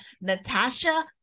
Natasha